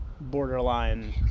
borderline